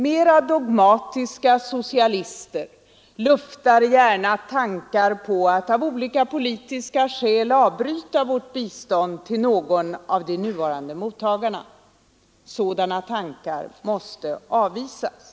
Mera dogmatiska socialister luftar gärna tankar på att av olika politiska skäl avbryta vårt bistånd till någon av de nuvarande mottagarna. Sådana tankar måste avvisas.